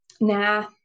Nah